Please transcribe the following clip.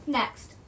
next